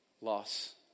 loss